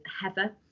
Heather